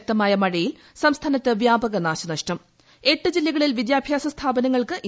ശക്തമായ മഴയിൽ സംസ്ഥാനത്ത് വ്യാപക നാശനഷ്ടം എട്ട് ജില്ലകളിൽ വിദ്യാഭ്യാസ സ്ഥാപനങ്ങൾക്ക് ഇന്ന് അവധി